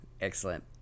Excellent